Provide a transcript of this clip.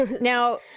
Now